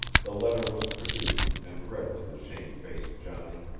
the letter was produced and read to the shamefaced johnny.